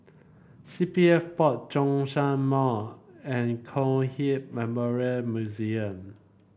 C P F Board Zhongshan Mall and Kong Hiap Memorial Museum